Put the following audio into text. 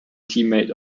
teammate